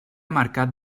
mercat